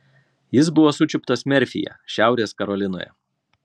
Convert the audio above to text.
jis buvo sučiuptas merfyje šiaurės karolinoje